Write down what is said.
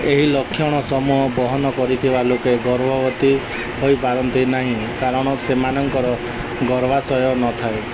ଏହି ଲକ୍ଷଣ ସମୂହ ବହନ କରିଥିବା ଲୋକେ ଗର୍ଭବତୀ ହୋଇପାରନ୍ତି ନାହିଁ କାରଣ ସେମାନଙ୍କର ଗର୍ଭାଶୟ ନଥାଏ